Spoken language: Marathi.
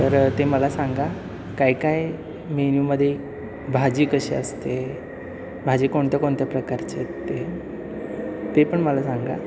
तर ते मला सांगा काय काय मेन्यूमध्ये भाजी कशी असते भाजी कोणत्या कोणत्या प्रकारचे आहेत ते ते पण मला सांगा